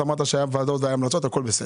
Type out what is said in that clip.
הכל בסדר.